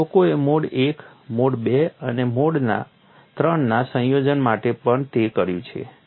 અને લોકોએ mode I mode II અને મોડ III ના સંયોજન માટે પણ તે કર્યું છે